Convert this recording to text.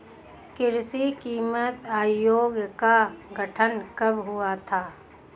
कृषि कीमत आयोग का गठन कब हुआ था?